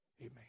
Amen